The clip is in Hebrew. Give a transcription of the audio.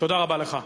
תודה רבה לך.